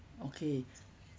okay